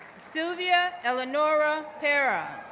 silvia eleonora pera,